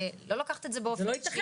לא לקחת את זה באופן אישי,